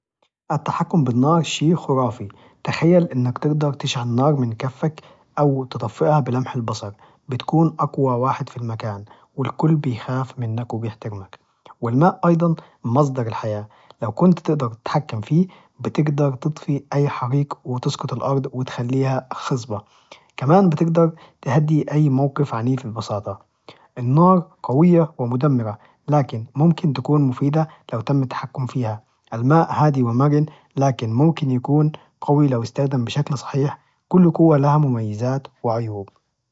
التحكم بالنار شيء خرافي! تخيل إنك تقدر تشعل النار من كفك، أو تطفئها بلمح البصر، بتكون أقوى واحد في المكان، والكل بيخاف منك وبيحترمك، والماء أيضا مصدر الحياة لو كنت تقدر تتحكم فيه بتقدر تطفي أي حريق، وتسقط الأرض وتخليها خصبة، كمان بتقدر تهدي أي موقف عنيف ببساطة، النار قوية ومدمرة لكن ممكن تكون مفيدة لو تم التحكم فيها، الماء هادي ومرن لكن ممكن يكون قوي لو استخدم بشكل صحيح، كل قوة لها مميزات وعيوب.